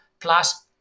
plus